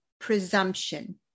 presumption